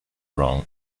wrong